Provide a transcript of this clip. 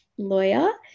lawyer